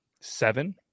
Seven